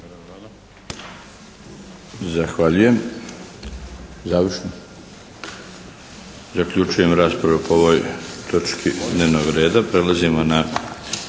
Zahvaljujem. Završno? Zaključujem raspravu po ovoj točki dnevnog reda. **Šeks,